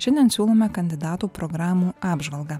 šiandien siūlome kandidatų programų apžvalgą